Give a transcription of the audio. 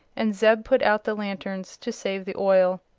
and zeb put out the lanterns to save the oil.